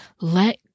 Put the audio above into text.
Let